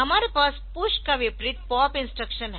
हमारे पास पुश का विपरीत पॉप इंस्ट्रक्शन है